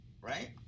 Right